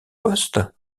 poste